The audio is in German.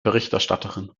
berichterstatterin